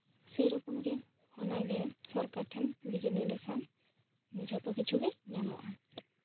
ᱥᱮᱨᱚᱠᱚᱢ ᱜᱮ ᱚᱱᱟᱜᱮ ᱥᱚᱨᱠᱟᱨ ᱴᱷᱮᱱ ᱚᱵᱷᱤᱡᱳᱜᱽ ᱞᱟᱹᱭ ᱞᱮᱠᱷᱟᱱ ᱡᱷᱚᱛᱚ ᱠᱤᱪᱷᱩᱜᱮ ᱧᱟᱢᱚᱜᱼᱟ